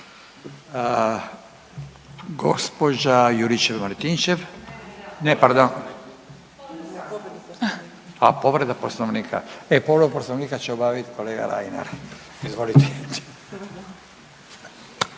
Gospođa Juričev Martinčev, a pardon. Povreda poslovnika, e povredu poslovnika će obavit kolega Reiner. Izvolite.